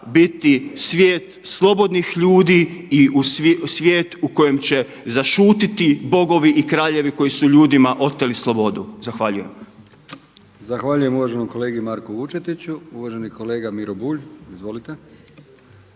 biti svijet slobodnih ljudi i svijet u kojem će zašutjeti bogovi i kraljevi koji su ljudima oteli slobodu. Zahvaljujem. **Brkić, Milijan (HDZ)** Zahvaljujem uvaženom kolegi Marku Vučetiću. Uvaženi kolega Miro Bulj. Izvolite.